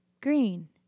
Green